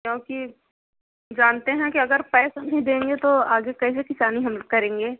क्योंकि जानते हैं कि अगर पैसा नहीं देंगे तो आगे कैसे किसानी हम करेंगे